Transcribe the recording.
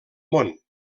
món